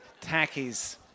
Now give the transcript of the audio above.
Tackies